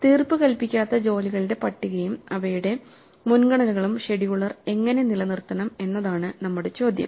തീർപ്പുകൽപ്പിക്കാത്ത ജോലികളുടെ പട്ടികയും അവയുടെ മുൻഗണനകളും ഷെഡ്യൂളർ എങ്ങനെ നിലനിർത്തണം എന്നതാണ് നമ്മുടെ ചോദ്യം